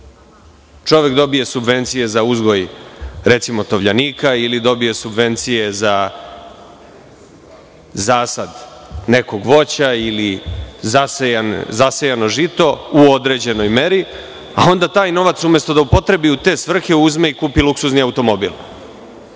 Čovek dobije subvencije za uzgoj, recimo, tovljenika ili dobije subvencije za zasad nekog voća ili zasejano žito u određenoj meri, a onda taj novac, umesto da upotrebi u te svrhe, uzme i kupi luksuzni automobil.